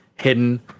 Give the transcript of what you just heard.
hidden